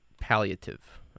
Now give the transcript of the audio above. palliative